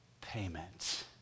payment